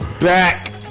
Back